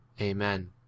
Amen